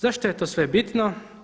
Zašto je to sve bitno?